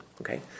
okay